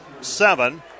seven